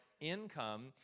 income